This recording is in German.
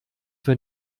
wir